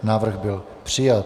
Návrh byl přijat.